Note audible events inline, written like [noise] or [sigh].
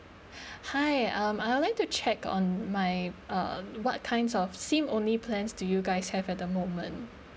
[breath] hi um I would like to check on my uh what kinds of SIM only plans to you guys have at the moment